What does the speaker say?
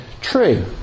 true